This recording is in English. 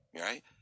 right